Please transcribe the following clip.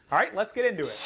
alright? let's get into it.